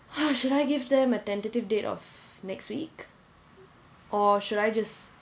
should I give them a tentative date of next week or should I just